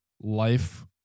life